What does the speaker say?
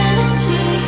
Energy